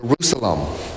Jerusalem